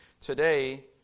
Today